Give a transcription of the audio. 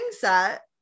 set